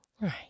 Right